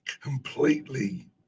completely